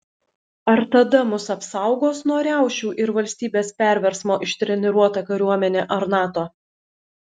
ar tada mus apsaugos nuo riaušių ir valstybės perversmo ištreniruota kariuomenė ar nato